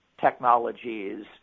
technologies